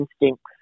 instincts